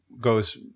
goes